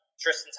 Tristan